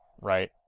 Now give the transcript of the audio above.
right